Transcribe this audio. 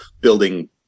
Building